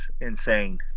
insane